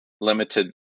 limited